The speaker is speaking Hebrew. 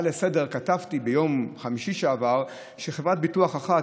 בדברי ההסבר להצעה לסדר-היום כתבתי ביום חמישי שעבר שחברת ביטוח אחת,